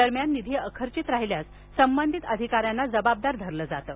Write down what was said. दरम्यान निधी अखर्चित राहिल्यास संबंधित अधिकाऱ्यांना जबाबदार धरले जाणार आहे